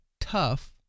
tough